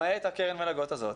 למעט קרן המלגות הזו,